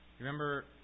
remember